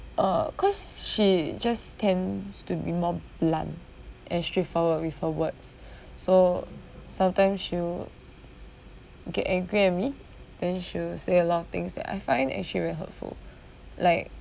uh cause she just tends to be more blunt and straight forward with her words so sometimes she will get angry at me then she will say a lot of things that I find actually very hurtful like